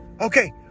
Okay